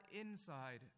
inside